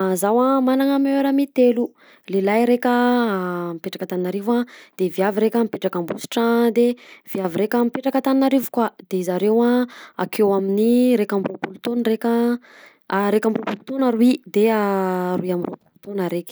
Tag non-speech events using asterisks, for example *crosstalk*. *hesitation* Zaho a manana meilleur amie telo lehilahy raika mipetraka Antananarivo, de viavy raika mipetraka Ambositra de viavy raika mipetraka Antananarivo koa de zareo a akeo amin'ny raika amby raopolo taona raika a raika amby roapolo taona roy de a roy amby roapolo taona raika.